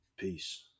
Peace